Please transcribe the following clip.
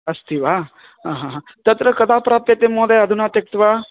अस्ति वा हा हा तत्र कदा प्राप्यते महोदय अधुना त्यक्त्वा